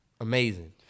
Amazing